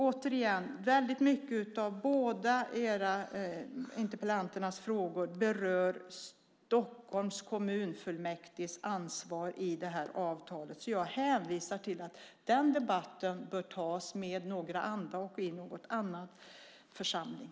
Återigen, väldigt mycket av båda era frågor berör Stockholms kommunfullmäktiges ansvar när det gäller det här avtalet. Jag hänvisar till att den debatten bör tas med några andra och i en annan församling.